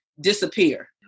disappear